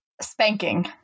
Spanking